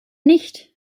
nicht